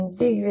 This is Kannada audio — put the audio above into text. MdVM